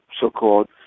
so-called